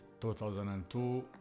2002